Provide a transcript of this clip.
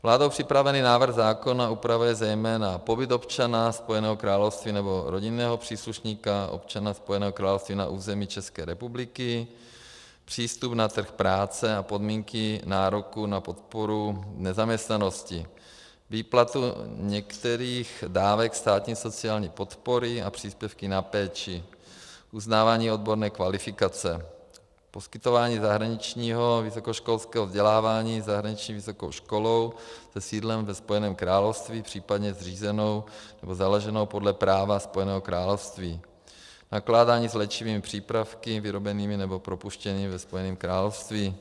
Vládou připravený návrh zákona upravuje zejména pobyt občana Spojeného království nebo rodinného příslušníka občana Spojeného království na území České republiky, přístup na trh práce a podmínky nároku na podporu v nezaměstnanosti, výplatu některých dávek státní sociální podpory a příspěvky na péči, uznávání odborné kvalifikace, poskytování zahraničního vysokoškolského vzdělávání zahraniční vysokou školou se sídlem ve Spojeném království, případně zřízenou nebo založenou podle práva Spojeného království, nakládání s léčivými přípravky vyrobenými nebo propuštěnými ve Spojeném království.